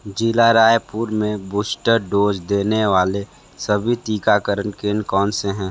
ज़िला रायपुर में booster dose देने वाले सभी टीकाकरण केंद्र कौन से हैं